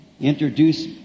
introduce